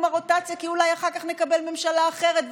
הרוטציה כי אולי אחר כך נקבל ממשלה אחרת,